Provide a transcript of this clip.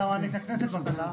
אתה מעניק לכנסת מתנה,